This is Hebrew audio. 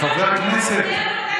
חברי הכנסת.